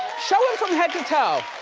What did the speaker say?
show him from head to toe.